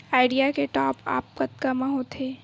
Idea के top up कतका म होथे?